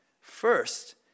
first